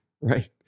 Right